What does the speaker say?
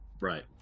Right